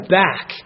back